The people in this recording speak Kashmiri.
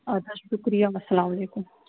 اَدٕ حظ شُکریہ اَسلامُ علیکُم